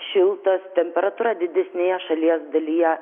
šiltas temperatūra didesnėje šalies dalyje